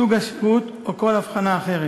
סוג השירות או כל הבחנה אחרת.